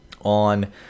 on